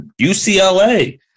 UCLA